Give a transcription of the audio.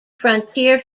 frontier